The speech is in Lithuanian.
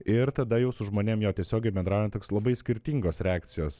ir tada jau su žmonėm jo tiesiogiai bendraujant toks labai skirtingos reakcijos